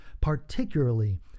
particularly